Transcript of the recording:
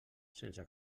sense